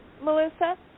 Melissa